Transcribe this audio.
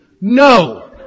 No